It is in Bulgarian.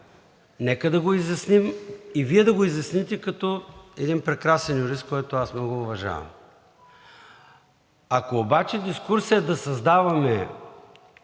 нека да го изясним и Вие да го изясните като един прекрасен юрист, който аз много уважавам. Ако обаче дискурсът е да създаваме